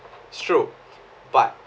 it's true but